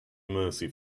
mercy